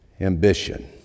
ambition